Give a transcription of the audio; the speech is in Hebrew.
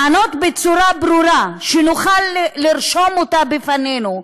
לענות בצורה ברורה שנוכל לרשום אותה לפנינו,